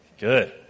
Good